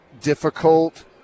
difficult